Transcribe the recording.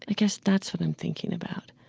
ah guess that's what i'm thinking about.